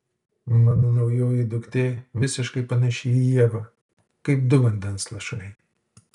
mano naujoji duktė visiškai panaši į ievą kaip du vandens lašai